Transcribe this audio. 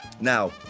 Now